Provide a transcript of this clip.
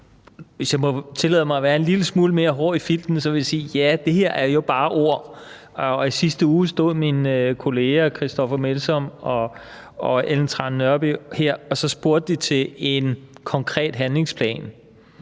Hvis jeg må tillade mig at være en lille smule mere hård i filten, vil jeg sige, at det her jo bare er ord. I sidste uge stod mine kolleger Christoffer Aagaard Melson og Ellen Trane Nørby her og spurgte til en konkret handlingsplan,